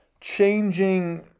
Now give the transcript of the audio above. changing